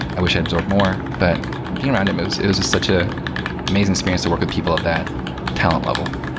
i wish i absorbed more. but being around him, it was it was such an ah amazing experience to work with people of that talent level.